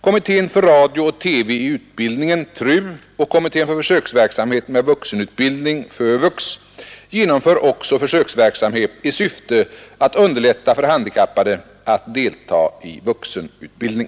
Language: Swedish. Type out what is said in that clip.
Kommittén för radio och TV i utbildningen och kommittén för försöksverksamhet med vuxenutbildning genomför också försöksverksamhet i syfte att underlätta för handikappade att delta i vuxenutbildning.